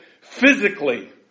physically